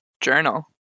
journal